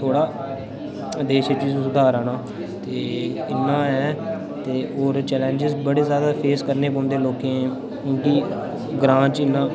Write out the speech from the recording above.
थोह्ड़ा देश च बी सुधार आना ते इ'न्ना ऐ होर चैलेंज्स न बड़े जादै फेस करना पौंदे लोकें क्योंकि ग्रांऽ च इ'न्ना